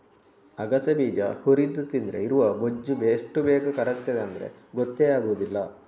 ಅಗಸೆ ಬೀಜ ಹುರಿದು ತಿಂದ್ರೆ ಇರುವ ಬೊಜ್ಜು ಎಷ್ಟು ಬೇಗ ಕರಗ್ತದೆ ಅಂದ್ರೆ ಗೊತ್ತೇ ಆಗುದಿಲ್ಲ